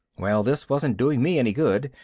well, this wasn't doing me any good,